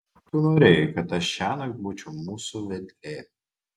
tu norėjai kad aš šiąnakt būčiau mūsų vedlė